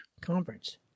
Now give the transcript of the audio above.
conference